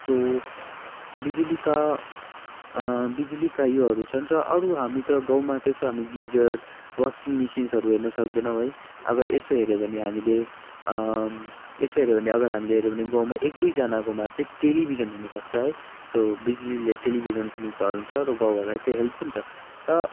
so बिजुलीका बिजुलीका योहरू छन् र अरू हामी त गाउँमा त्यसो हामी गिजर वासिङ मिसिन्स हेर्न सक्दैनौँ है अगर यसो हेर्यो भने हामीले यसो हेर्यो भने अगर हामीले हेर्यो भने गाउँमा एकदुईजनाकोमा चाहिँ टेलिभिजन हुनसक्छ है सो बिजुलीले टेलिभिजन पनि चल्छ र गाउँहरूलाई त्यो हेल्प हुन्छ र